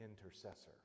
intercessor